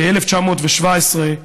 ב-1917,